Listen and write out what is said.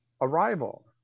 arrival